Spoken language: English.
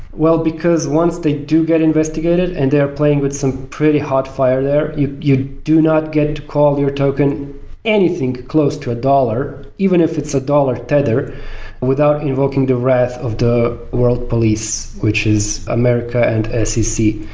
well, because once they do get investigated and they are playing with some pretty hot fire there, you you do not get to call your token anything close to a dollar, even if it's a dollar tether without invoking the wrath of the world police, which is america and scc.